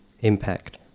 Impact